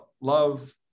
love